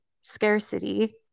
scarcity